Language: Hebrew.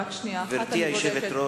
רק שנייה אחת, אני בודקת.